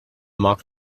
mock